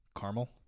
caramel